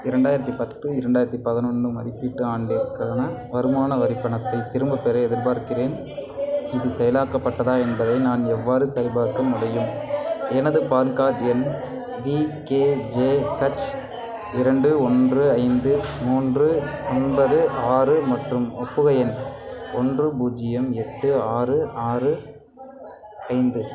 இரண்டாயிரத்தி பத்து இரண்டாயிரத்தி பதினொன்று மதிப்பீட்டு ஆண்டிற்கான வருமான வரிப் பணத்தைத் திரும்பப்பெற எதிர்பார்க்கிறேன் இது செயலாக்கப்பட்டதா என்பதை நான் எவ்வாறு சரிபார்க்க முடியும் எனது பான் கார்ட் எண் விகேஜேஹச் இரண்டு ஒன்று ஐந்து மூன்று ஒன்பது ஆறு மற்றும் ஒப்புகை எண் ஒன்று பூஜ்ஜியம் எட்டு ஆறு ஆறு ஐந்து